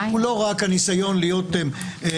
הן לא רק הניסיון להיות נחמד,